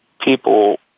people